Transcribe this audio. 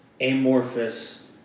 amorphous